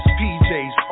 PJ's